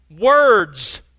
words